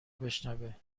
بشنوه